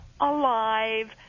alive